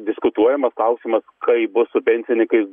diskutuojama klausimas kaip bus su pensininkais